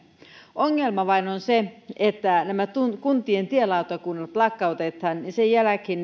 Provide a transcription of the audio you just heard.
ongelma vain on se että nämä kuntien tielautakunnat lakkautetaan ja sen jälkeen